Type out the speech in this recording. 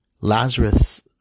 Lazarus